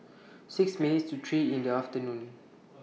six minutes to three in The afternoon